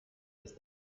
des